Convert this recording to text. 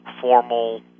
formal